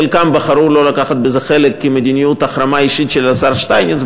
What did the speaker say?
חלקם בחרו לא לקחת בזה חלק כמדיניות החרמה אישית של השר שטייניץ.